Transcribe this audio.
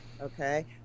okay